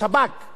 לא רק המשטרה,